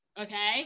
okay